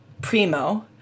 Primo